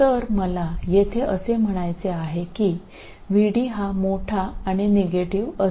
तर मला येथे असे म्हणायचे आहे की VD हा मोठा आणि निगेटिव असेल